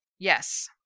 Yes